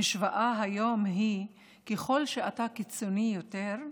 המשוואה היום היא שככל שאתה קיצוני יותר,